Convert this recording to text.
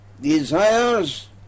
desires